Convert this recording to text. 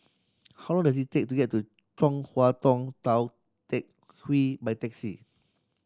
how long does it take to get to Chong Hua Tong Tou Teck Hwee by taxi